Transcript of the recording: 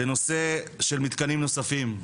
לנושא של מתקנים נוספים,